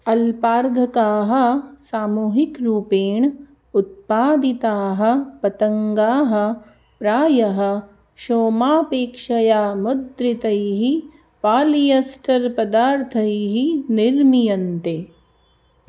अल्पार्घकाः सामूहिकरूपेण उत्पादिताः पतङ्गाः प्रायः क्षोमापेक्षया मुद्रितैः पालियस्टर् पदार्थैः निर्मीयन्ते